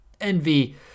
envy